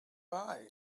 bye